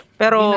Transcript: pero